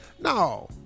No